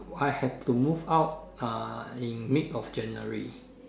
I have to move out uh in mid of January